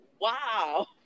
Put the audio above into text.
Wow